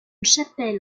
chapelle